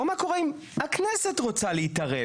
או מה קורה אם הכנסת רוצה להתערב.